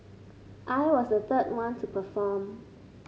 I was the third one to perform